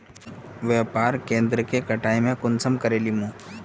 व्यापार केन्द्र के कटाई में कुंसम करे लेमु?